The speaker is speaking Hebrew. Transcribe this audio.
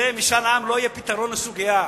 משאל העם לא יהיה פתרון לסוגיה.